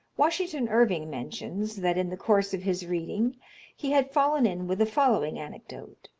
washington irving mentions, that in the course of his reading he had fallen in with the following anecdote,